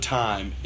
time